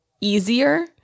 easier